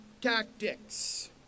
tactics